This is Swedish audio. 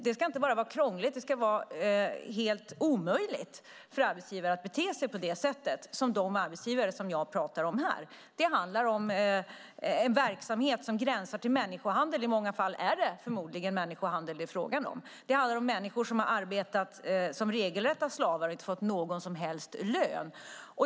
Det ska inte bara vara krångligt utan helt omöjligt för arbetsgivare att bete sig på det sätt som de arbetsgivare jag talade om har gjort. Det handlar om verksamhet som gränsar till människohandel. I många fall är det förmodligen människohandel det är frågan om. Det handlar om människor som har arbetat som regelrätta slavar och inte fått någon som helst lön.